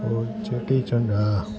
पोइ चेटीचंड आहे